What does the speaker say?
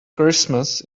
christmas